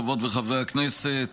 חברות וחברי הכנסת,